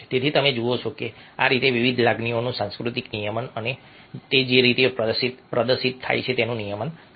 તેથી તમે જુઓ છો કે આ રીતે વિવિધ લાગણીઓનું સાંસ્કૃતિક નિયમન અને તે જે રીતે પ્રદર્શિત થાય છે તેનું નિયમન થાય છે